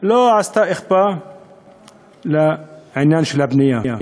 לא עשתה אכיפה לעניין של הבנייה.